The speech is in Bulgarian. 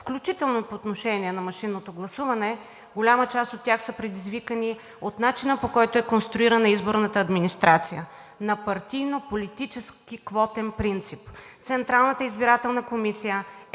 включително по отношение на машинното гласуване, голяма част от тях са предизвикани от начина, по който е конструирана изборната администрация – на партийно-политически квотен принцип. Централната избирателна комисия е